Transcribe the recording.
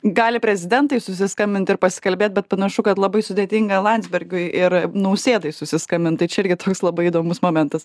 gali prezidentai susiskambint ir pasikalbėt bet panašu kad labai sudėtinga landsbergiui ir nausėdai susiskambint tai čia irgi labai įdomus momentas